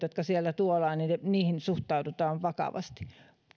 jotka sieltä tuodaan suhtaudutaan vakavasti